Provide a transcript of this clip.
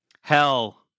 Hell